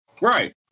Right